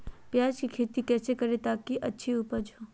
प्याज की खेती कैसे करें ताकि अच्छी उपज हो?